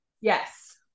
yes